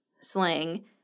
slang